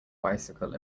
bicycle